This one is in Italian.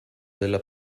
della